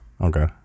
Okay